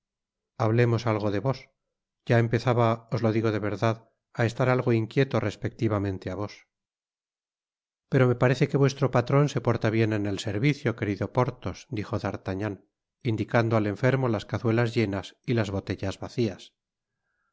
hablemos algo de vos ya empezaba os lo digo de verdad á estar algo inquieto respectivamente á vos pero parece que vuestro patron se porta bien en el servicio querido porthos dijo d'artagnan indicando al enfermo las cazuelas llenas y las botellas vacias